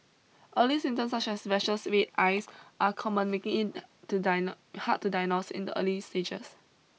early symptoms such as rashes and red eyes are common making to diagnose hard to diagnose in the early stages